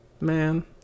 man